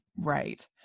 Right